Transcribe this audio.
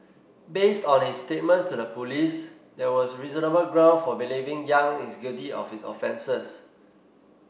based on his statements to the police there was reasonable ground for believing Yang is guilty of his offences